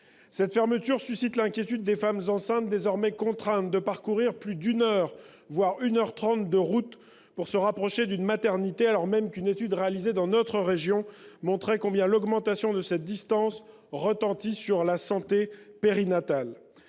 Cette fermeture suscite l'inquiétude des femmes enceintes, désormais contraintes de parcourir plus d'une heure, voire une heure trente de route, pour se rapprocher d'une maternité, alors même qu'une étude réalisée dans notre région a montré combien l'augmentation de cette distance retentissait sur la santé périnatale.